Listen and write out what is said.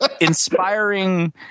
inspiring